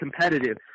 competitive